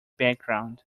background